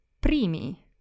primi